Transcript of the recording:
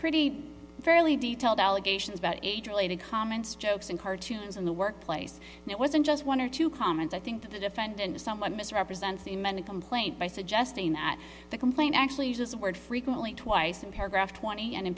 pretty fairly detailed allegations about age related comments jokes and cartoons in the workplace and it wasn't just one or two comments i think the defendant or someone misrepresents the amended complaint by suggesting that the complaint actually uses the word frequent twice in paragraph twenty and